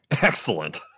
Excellent